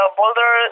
boulder